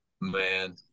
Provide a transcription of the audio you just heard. man